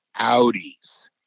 Audis